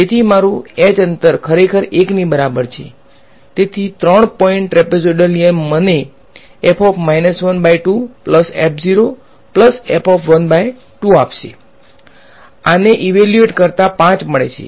તેથી મારુ h અંતર ખરેખર 1 ની બરાબર છે